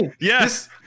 Yes